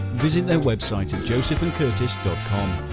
visit their website at josephandcurtis dot com